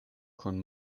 kun